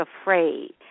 afraid